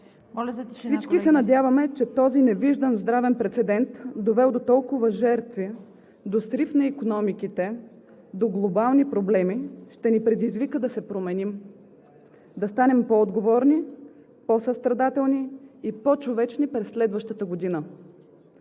всички се надяваме, че този невиждан здравен прецедент, довел до толкова жертви, до срив на икономиките, до глобални проблеми, ще ни предизвика да се променим, да станем по-отговорни, по-състрадателни и по-човечни през следващата година.